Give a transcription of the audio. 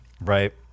right